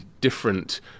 different